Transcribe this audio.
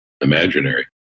imaginary